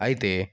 అయితే